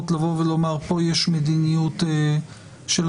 אבל אני כן אומר שאין לנו התנגדות לענישת